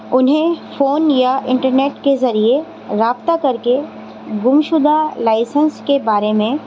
انہیں فون یا انٹرنیٹ کے ذریعے رابطہ کر کے گم شدہ لائسنس کے بارے میں